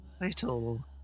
little